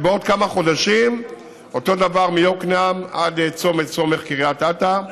בעוד כמה חודשים יהיה אותו הדבר מיקנעם עד לצומך סומך קריית אתא.